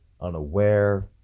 unaware